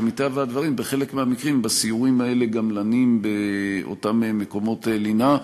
ומטבע הדברים בחלק מהמקרים בסיורים האלה גם לנים באותם מקומות לינה.